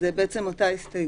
זאת אותה הסתייגות.